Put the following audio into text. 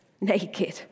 naked